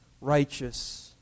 righteous